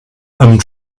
amb